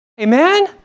Amen